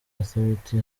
authority